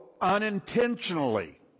unintentionally